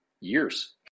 years